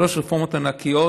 שלוש רפורמות ענקיות,